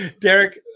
Derek